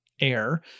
air